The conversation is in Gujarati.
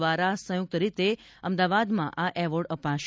દ્વારા સંયુક્ત રીતે અમદાવાદમાં આ એવોર્ડ અપાશે